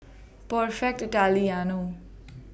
Perfect Italiano